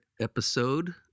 episode